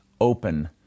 open